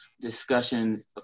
discussions